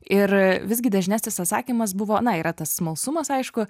ir visgi dažnesnis atsakymas buvo na yra tas smalsumas aišku